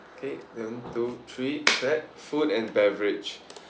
okay one two three clap food and beverage